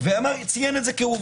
הוא ציין את זה כעובדה.